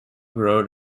road